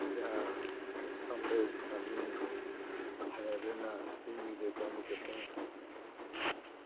ᱡᱟᱦᱟᱸ ᱚᱥᱟᱢᱵᱷᱮᱲ ᱠᱟᱹᱢᱤ ᱟᱹᱱ ᱨᱮᱱᱟᱜ ᱥᱤᱧ ᱧᱤᱫᱟᱹ ᱠᱟᱹᱢᱤ ᱠᱟᱛᱮᱫ ᱡᱟᱦᱟᱸ